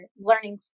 learning